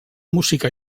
música